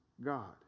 God